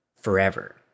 forever